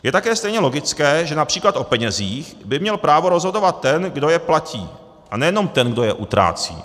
Je také stejně logické, že například o penězích by měl právo rozhodovat ten, kdo je platí, a nejenom ten, kdo je utrácí.